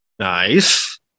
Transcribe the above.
Nice